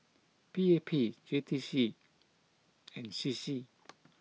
P A P J T C and C C